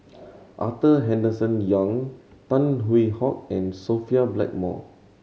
Arthur Henderson Young Tan Hwee Hock and Sophia Blackmore